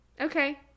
Okay